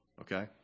Okay